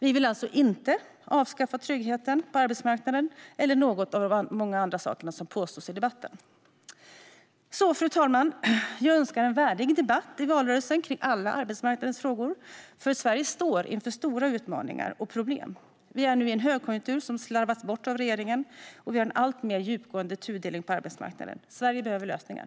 Vi vill alltså inte avskaffa tryggheten på arbetsmarknaden eller något av de många andra saker som påstås i debatten. Fru talman! Jag önskar en värdig debatt i valrörelsen kring alla arbetsmarknadens frågor, för Sverige står inför stora utmaningar och problem. Vi är nu i en högkonjunktur som slarvats bort av regeringen, och vi har en alltmer djupgående tudelning på arbetsmarknaden. Sverige behöver lösningar.